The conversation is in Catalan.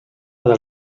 del